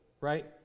right